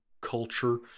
culture